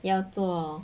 要做